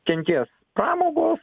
kentės pramogos